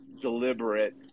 deliberate